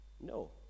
No